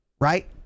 Right